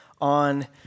on